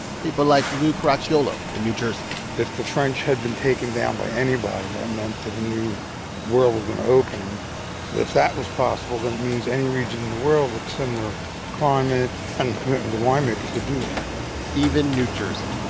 people like lou caracciolo in new jersey if the french had been taken down by anybody, that meant that a new world was going to open. and if that was possible then it means any region world with similar climate and commitment to winemakers could do that even new jersey.